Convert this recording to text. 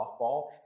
softball